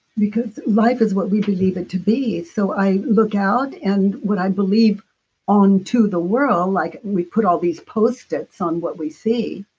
because life is what we believe it to be. so i look out, and what i believe on to the world, like we put all these post-its on what we see.